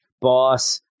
boss